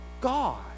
God